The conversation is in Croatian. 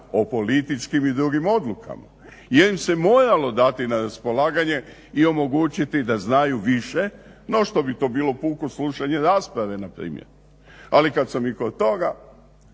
o političkim i drugim odlukama jer im se moralo dati na raspolaganje i omogućiti da znaju više no što bi to bilo puko slušanje rasprave npr. Ali kad sam i kod toga,